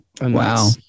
Wow